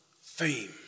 fame